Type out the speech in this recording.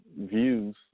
views